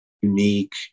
unique